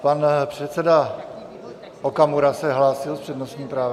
Pan předseda Okamura se hlásil s přednostním právem.